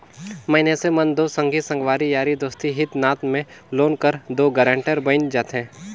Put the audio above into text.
मइनसे मन दो संगी संगवारी यारी दोस्ती हित नात में लोन कर दो गारंटर बइन जाथे